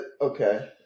Okay